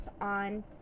on